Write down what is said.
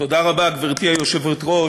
תודה רבה, גברתי היושבת-ראש.